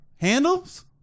Handles